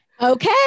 Okay